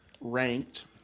ranked